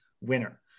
winner